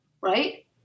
right